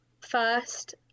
first